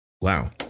Wow